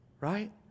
Right